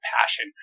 passion